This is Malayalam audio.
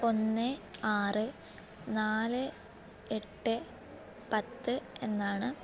ഒന്ന് ആറ് നാല് എട്ട് പത്ത് എന്നാണ്